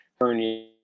hernia